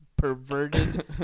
perverted